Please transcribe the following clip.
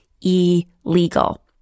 illegal